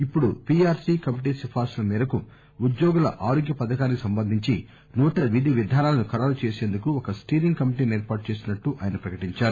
ఇపుడు P RP committee సిఫారసుల మేరకు ఉద్యోగుల ఆరోగ్య పథకానికి సంబంధించి నూతన విధి విధానాలను ఖరారు చేసేందుకు ఒక స్టీరింగ్ కమిటీని ఏర్పాటు చేస్తున్నట్లు ఆయన ప్రకటించారు